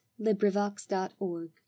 LibriVox.org